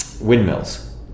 windmills